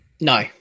No